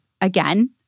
again